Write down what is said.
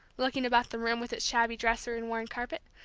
looking about the room with its shabby dresser and worn carpet.